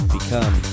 Become